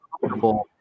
comfortable